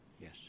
Yes